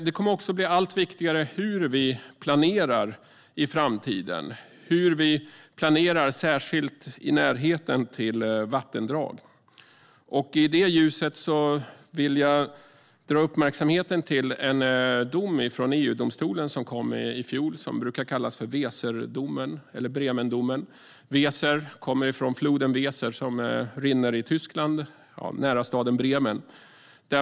Det kommer också att bli allt viktigare hur vi planerar i framtiden, särskilt i närheten av vattendrag. I ljuset av detta vill jag dra uppmärksamheten till en dom från EU-domstolen i fjol som brukar kallas för Weserdomen eller Bremendomen. Weser kommer från floden Weser, som rinner i Tyskland nära staden Bremen.